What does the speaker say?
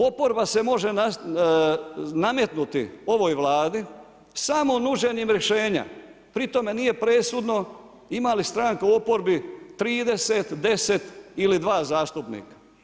Oporba se može nametnuti ovoj Vladi samo nuđenjem rješenja, pri tome nije presudno ima li stranka u oporbi 30, 10 ili 2 zastupnika.